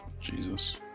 Jesus